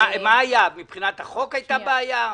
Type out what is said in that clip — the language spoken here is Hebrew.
מבחינת החוק היתה בעיה?